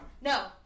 No